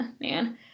man